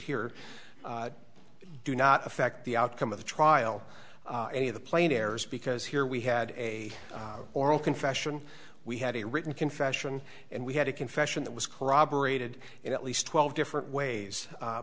here do not affect the outcome of the trial any of the players because here we had a oral confession we had a written confession and we had a confession that was corroborated in at least twelve different ways